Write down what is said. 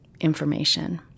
information